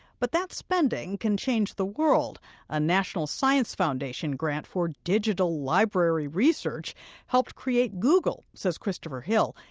but that spending can change the world a national science foundation grant for digital library research helped create google, says christopher hill.